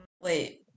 wait